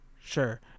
sure